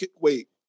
wait